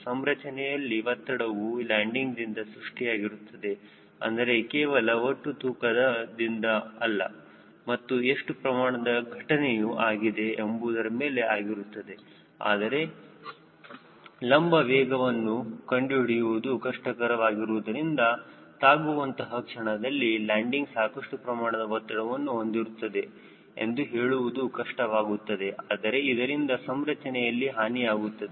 ಸಂರಚನೆಯಲ್ಲಿ ಒತ್ತಡವು ಲ್ಯಾಂಡಿಂಗ್ದಿಂದ ಸೃಷ್ಟಿಯಾಗಿರುತ್ತದೆ ಅಂದರೆ ಕೇವಲ ಒಟ್ಟು ತೂಕದಿಂದ ಅಲ್ಲ ಮತ್ತು ಎಷ್ಟು ಪ್ರಮಾಣದ ಘಟನೆಯು ಆಗಿದೆ ಎಂಬುವುದರ ಮೇಲೆ ಆಗಿರುತ್ತದೆ ಆದರೆ ಲಂಬ ವೇಗವನ್ನು ಕಂಡುಹಿಡಿಯುವುದು ಕಷ್ಟವಾಗಿರುವುದರಿಂದ ತಾಗುವಂತಹ ಕ್ಷಣದಲ್ಲಿ ಲ್ಯಾಂಡಿಂಗ್ ಸಾಕಷ್ಟು ಪ್ರಮಾಣದ ಒತ್ತಡವನ್ನು ಹೊಂದಿರುತ್ತದೆ ಎಂದು ಹೇಳುವುದು ಕಷ್ಟವಾಗುತ್ತದೆ ಆದರೆ ಇದರಿಂದ ಸಂರಚನೆಯಲ್ಲಿ ಹಾನಿಯಾಗುತ್ತದೆ